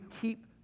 keep